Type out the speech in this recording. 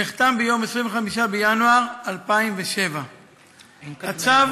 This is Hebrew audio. נחתם ביום 25 בינואר 2007. הצו